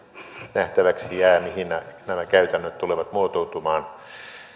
nähtäväksi jää mihin nämä käytännöt tulevat muotoutumaan